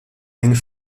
eng